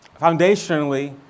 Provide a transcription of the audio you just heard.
foundationally